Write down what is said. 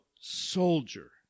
soldier